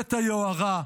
חטא היוהרה,